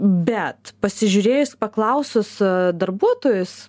bet pasižiūrėjus paklausus darbuotojus